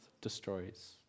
destroys